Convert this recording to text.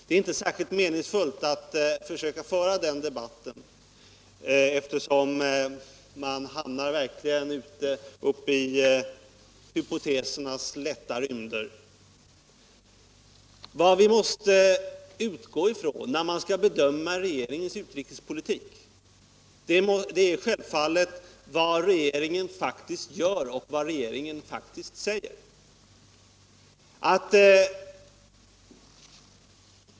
Det är inte särskilt meningsfullt att föra den debatten eftersom man verkligen hamnar uppe i hypotesernas lätta rymder. Vad man måste utgå ifrån när man skall bedöma regeringens utrikespolitik är självfallet vad regeringen faktiskt gör och vad regeringen faktiskt säger.